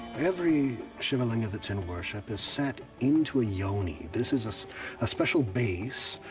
every shiva linga that's in worship is set into a yoni. this is is a special base.